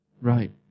Right